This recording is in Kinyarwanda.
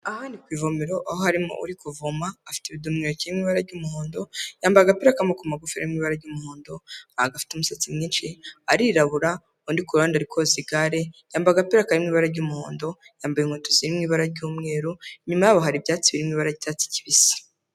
Aha ni ku ivomero aho harimo uri kuvoma afite ibido mu ntoki riri mu ibara ry'umuhondo yambaye agapira kamaboko magufi kari mu ibara ry'umuhondo gafite umusatsi mwinshi arirabura undi ku ruhande ari koza igare yambaye agapira karimo ibara ry'umuhondo yambaye inkweto z’ibara ry'umweru inyuma yabo hari ibyatsi biri mw’ibara ry’icyatsi kibisi.